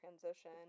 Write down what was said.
transition